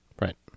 Right